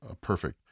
perfect